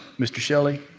mr. shelly?